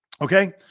Okay